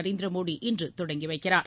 நரேந்திர மோடி தொடங்கி வைக்கிறார்